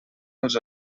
els